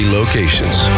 locations